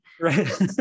Right